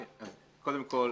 קודם כל,